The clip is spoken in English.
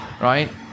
right